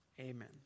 Amen